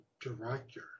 director